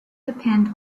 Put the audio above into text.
depend